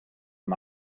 him